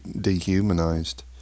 dehumanized